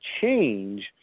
change